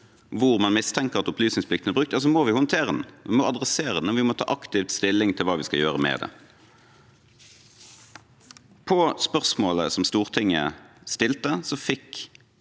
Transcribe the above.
hvor man mistenker at opplysningsplikten er brutt, må vi håndtere det, vi må se på det, vi må ta aktivt stilling til hva vi skal gjøre med det. På spørsmålet som Stortinget stilte, fikk